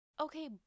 okay